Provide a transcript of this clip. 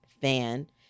fan